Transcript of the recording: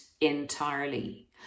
entirely